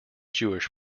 jewish